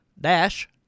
dash